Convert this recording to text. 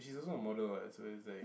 she's also a model ah so it's like